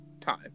time